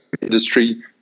industry